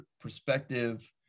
perspective